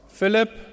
Philip